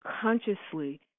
consciously